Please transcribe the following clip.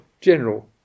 general